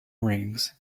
rings